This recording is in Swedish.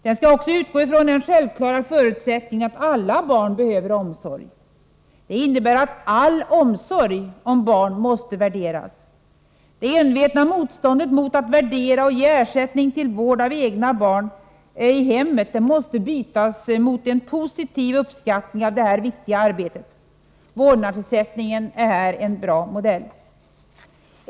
Den skall utgå från den självklara förutsättningen att alla barn behöver omsorg. Det innebär att all omsorg om barn måste värderas. Det envetna motståndet mot att värdera och ge ersättning till vård av egna barn i hemmet måste bytas mot en positiv uppskattning av detta viktiga arbete. Vårdnadsersättningen är en bra modell.